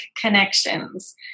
Connections